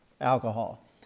alcohol